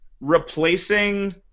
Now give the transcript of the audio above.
replacing